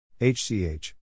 HCH